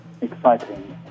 exciting